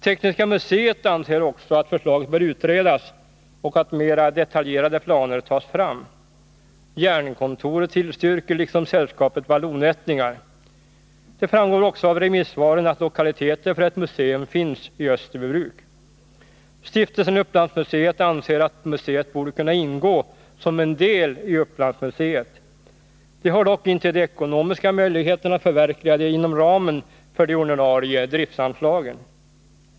Tekniska museet anser också att förslaget bör utredas och mera detaljerade planer tas fram. Jernkontoret tillstyrker liksom Sällskapet Vallonättlingar. Det framgår också av remissvaren att lokaliteter för ett museum finns i Österbybruk. Stiftelsen Upplandsmuseet anser att museet borde kunna ingå som en del i Upplandsmuseet. Stiftelsen har dock inte de ekonomiska möjligheterna att förverkliga detta inom ramen för de ordinarie driftsanslagen.